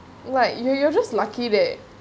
like you you you're just lucky that